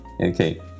okay